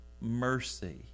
mercy